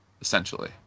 essentially